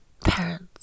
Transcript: parents